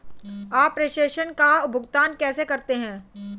आप प्रेषण का भुगतान कैसे करते हैं?